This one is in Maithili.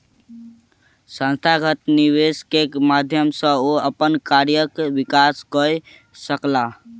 संस्थागत निवेश के माध्यम सॅ ओ अपन कार्यक विकास कय सकला